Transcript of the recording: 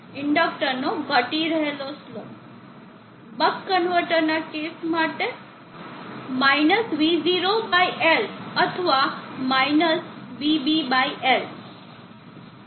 ઇન્ડકટરનો ઘટી રહેલો slope buck કન્વર્ટરના કેસ માટે - v0 બાય L અથવા - vB by L